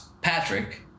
Patrick